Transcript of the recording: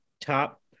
top